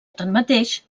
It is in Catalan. tanmateix